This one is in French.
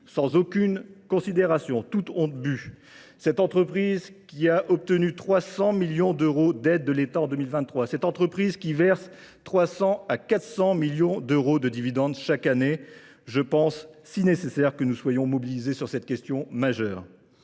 sans aucune considération, toutes ont de but. Cette entreprise qui a obtenu 300 millions d'euros d'aide de l'État en 2023, cette entreprise qui verse 300 à 400 millions d'euros de dividendes chaque année, je pense si nécessaire que nous soyons mobilisés sur cette question majeure.